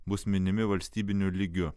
bus minimi valstybiniu lygiu